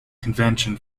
convention